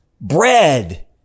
Bread